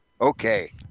Okay